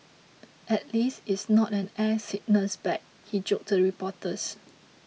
at least it's not an air sickness bag he joked to reporters